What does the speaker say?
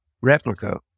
replica